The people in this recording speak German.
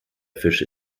fische